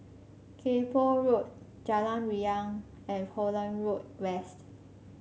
Kay Poh Road Jalan Riang and Holland Road West